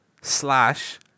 Slash